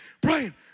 Brian